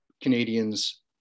Canadians